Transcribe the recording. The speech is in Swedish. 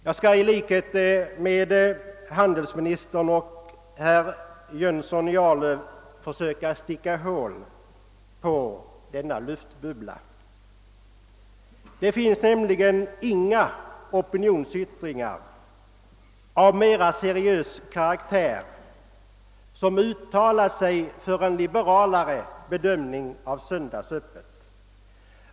Jag skall i likhet med handelsministern och herr Jönsson i Arlöv försöka sticka hål på denna luftbubbla. Det finns nämligen inga opinionsyttringar av mera seriös karaktär som ger uttryck åt en liberalare bedömning av frågan om söndagsöppet.